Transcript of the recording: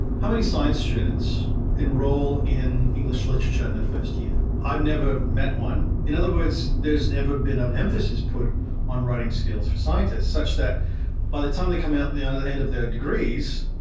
how many science students and enrol in english literature in their first year? i've never met one. in other words, there has never been an emphasis put on writing skills for scientists, such that by the time they come out the other end of their degrees,